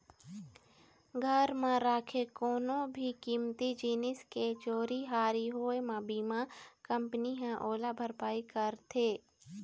घर म राखे कोनो भी कीमती जिनिस के चोरी हारी होए म बीमा कंपनी ह ओला भरपाई करथे